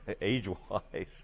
age-wise